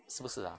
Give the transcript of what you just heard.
是不是 ah